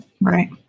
Right